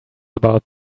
about